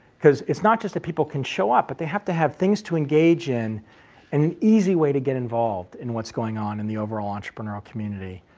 because it's not just that people can show up, but they have to have things to engage in, and an easy way to get involved in what's going on in the overall entrepreneurial community,